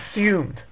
assumed